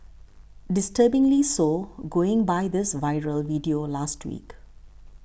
disturbingly so going by this viral video last week